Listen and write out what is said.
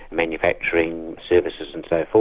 manufacturing, services and so